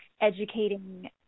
educating